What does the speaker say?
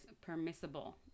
permissible